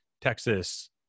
Texas